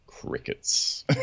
crickets